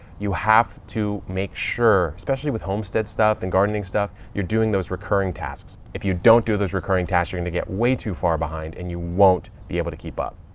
you have to make sure, especially with homestead stuff and gardening stuff, you're doing those recurring tasks. if you don't do those recurring tasks, you're gonna get way too far behind and you won't be able to keep up.